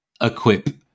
equip